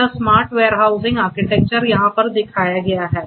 यह smart warehousing architecture यहाँ पर दिखाया गया है